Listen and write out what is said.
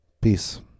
Peace